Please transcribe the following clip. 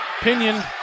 Pinion